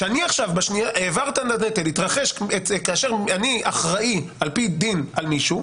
כאשר אני אחראי על פי דין על מישהו,